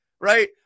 right